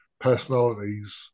personalities